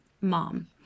mom